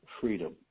freedom